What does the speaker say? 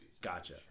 Gotcha